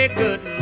good